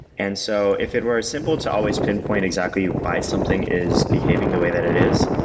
and so if it were simple to always pinpoint exactly why something is behaving the way that it is,